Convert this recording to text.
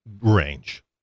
range